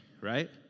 right